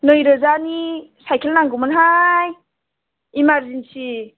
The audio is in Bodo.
नै रोजानि साइकेल नांगौमोनहाय इमारजेन्सि